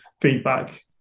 feedback